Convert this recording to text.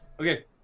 Okay